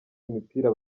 imipira